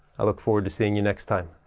i look forward to seeing you next time!